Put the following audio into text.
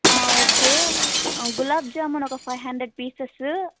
okay gulab jamun ఒక five hundred pieces